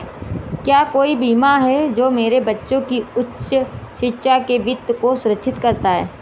क्या कोई बीमा है जो मेरे बच्चों की उच्च शिक्षा के वित्त को सुरक्षित करता है?